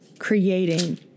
creating